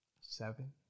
seven